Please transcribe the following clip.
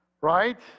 right